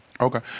Okay